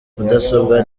mudasobwa